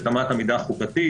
את אמת המידה החוקתית,